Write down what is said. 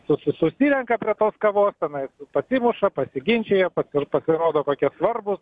su susirenka prie tos kavos tenais pasimuša pasiginčija paskui pasirodo kokie svarbūs